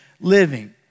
living